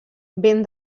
ben